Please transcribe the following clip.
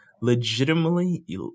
legitimately